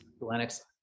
Lennox